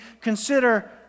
consider